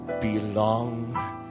belong